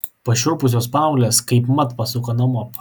pašiurpusios paauglės kaipmat pasuko namop